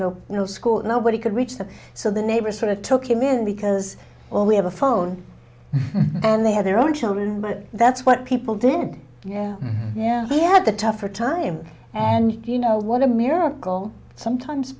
no no school nobody could reach them so the neighbors sort of took him in because well we have a phone and they had their own children but that's what people did yeah yeah we had the tougher time and you know what a miracle sometimes